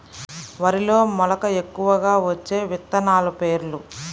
వరిలో మెలక ఎక్కువగా వచ్చే విత్తనాలు పేర్లు?